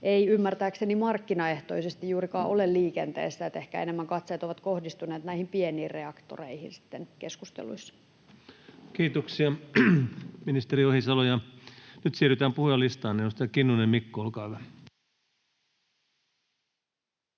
ei ymmärtääkseni markkinaehtoisesti juurikaan ole liikenteessä, ja ehkä enemmän katseet ovat kohdistuneet näihin pieniin reaktoreihin sitten keskusteluissa. Kiitoksia, ministeri Ohisalo. — Ja nyt siirrytään puhujalistaan. — Edustaja Kinnunen, Mikko, olkaa hyvä.